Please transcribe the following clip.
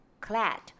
clad